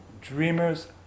dreamers